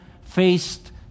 faced